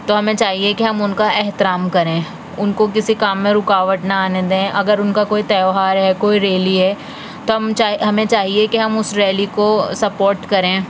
تو ہمیں چاہیے کہ ہم ان کا احترام کریں ان کو کسی کام میں رکاوٹ نہ آنے دیں اگر ان کا کوئی تہوار ہے کوئی ریلی ہے تو ہم چاہیے ہمیں چاہیے کہ اس ریلی کو سپورٹ کریں